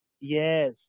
Yes